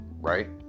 right